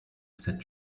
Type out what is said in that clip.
cette